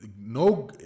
no